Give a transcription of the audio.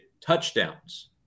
touchdowns